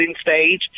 stage